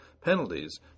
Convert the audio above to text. Penalties